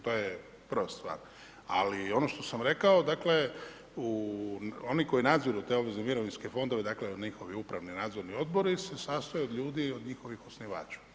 To je prva stvar, ali ovo to sam rekao, dakle, u oni koji nadzire te obveze mirovinske fondove, dakle, njihovi upravno nadzorni odbori se sastoji od ljudi i njihovih osnivača.